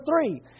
three